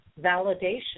validation